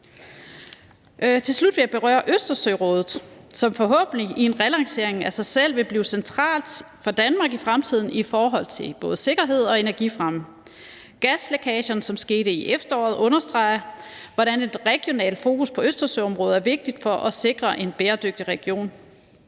Til slut vil jeg berøre Østersørådet, som forhåbentlig i en relancering af sig selv vil blive centralt for Danmark i fremtiden i forhold til både sikkerhed og energifremme. Gaslækagen, som skete i efteråret, understreger, hvordan et regionalt fokus på Østersøområdet er vigtigt for at sikre en bæredygtig region.